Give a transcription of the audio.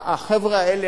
החבר'ה האלה,